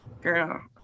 Girl